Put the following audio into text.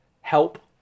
help